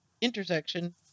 intersection